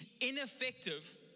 ineffective